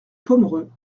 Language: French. pomereux